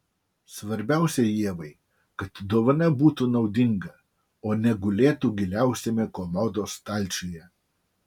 svarbiausia ievai kad dovana būtų naudinga o ne gulėtų giliausiame komodos stalčiuje